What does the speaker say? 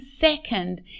second